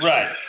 Right